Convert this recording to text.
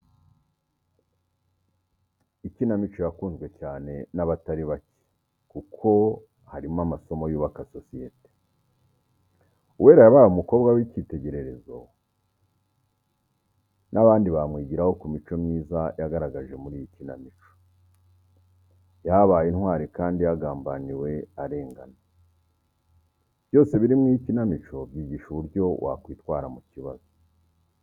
Ikinamico yakunzwe cyane n'abatari bake kuko harimo amasomo yubaka sosiyete. Uwera yabaye umukobwa w'ikitegererezo n'abandi bamwigiraho ku mico myiza, yagaragaje muri iyi kinamico. Yahabaye intwari kandi yagambaniwe kandi arengana, byose biri muri iyi kinamico byigisha uburyo wakwitwara mu kibazo.